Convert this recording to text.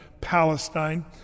Palestine